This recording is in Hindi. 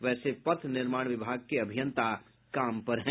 वैसे पथ निर्माण विभाग के अभियंता काम पर हैं